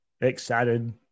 excited